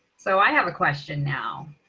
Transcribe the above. so i have a question now.